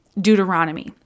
Deuteronomy